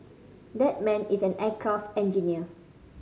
that man is an aircraft engineer